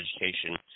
education